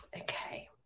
Okay